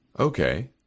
Okay